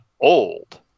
old